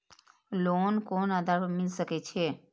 Loan कोन आधार पर मिल सके छे?